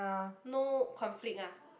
no conflict ah